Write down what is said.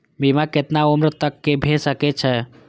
बीमा केतना उम्र तक के भे सके छै?